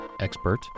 expert